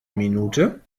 minute